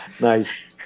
Nice